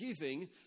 giving